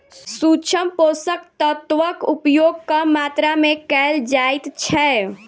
सूक्ष्म पोषक तत्वक उपयोग कम मात्रा मे कयल जाइत छै